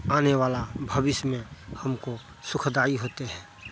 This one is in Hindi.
आने वाला भविष्य में हमको सुखदाई होते हैं